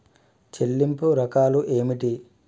చెల్లింపు రకాలు ఏమిటి?